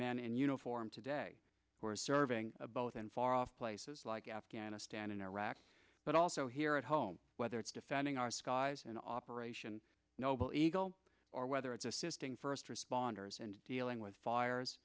men in uniform today who are serving both in far off places like afghanistan and iraq but also here at home whether it's defending our skies in operation noble eagle or whether it's assisting first responders in dealing with fires